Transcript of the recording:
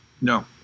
No